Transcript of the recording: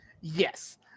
Yes